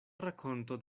rakonto